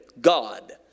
God